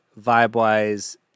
vibe-wise